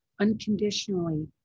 unconditionally